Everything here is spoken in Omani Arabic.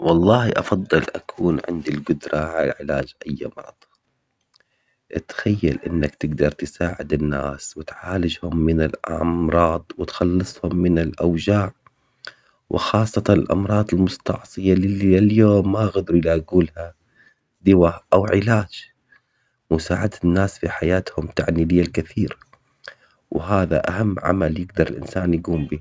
والله افضل اكون عندي القدرة على علاج اي مرض. اتخيل انك تقدر تساعد الناس وتعالجهم من الامراض وتخلصها من الاوجاع. وخاصة الامراض المستعصية او علاج مساعدة الناس في حياتهم تعنيبي الكثير. وهذا اهم عمل يقدر الانسان يقوم به